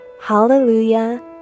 Hallelujah